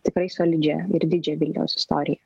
tikrai solidžią ir didžią vilniaus istoriją